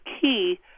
key